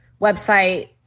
website